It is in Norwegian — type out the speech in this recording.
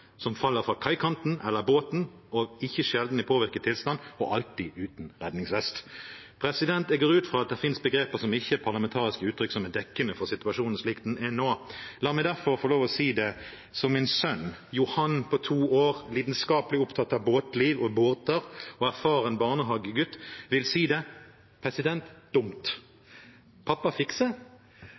som faller fra kaikanten eller fra båten, ikke sjelden i påvirket tilstand, og alltid uten redningsvest. Jeg går ut fra at det finnes begreper som ikke er parlamentariske uttrykk, men som er dekkende for situasjonen slik den er nå. La meg derfor få lov å si det slik som min sønn Johan på to år, som er lidenskapelig opptatt av båtliv og båter og en erfaren barnehagegutt, ville si det: Dumt – pappa fikse?